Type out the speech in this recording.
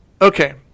Okay